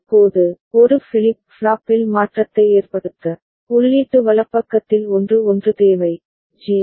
இப்போது ஒரு ஃபிளிப் ஃப்ளாப்பில் மாற்றத்தை ஏற்படுத்த உள்ளீட்டு வலப்பக்கத்தில் 1 1 தேவை ஜே